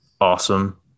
awesome